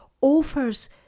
offers